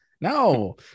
no